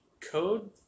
code